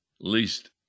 least